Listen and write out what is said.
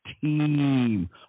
team